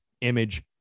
image